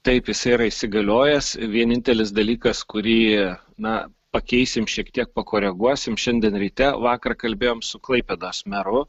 taip jisai yra įsigaliojęs vienintelis dalykas kurį na pakeisim šiek tiek pakoreguosim šiandien ryte vakar kalbėjom su klaipėdos meru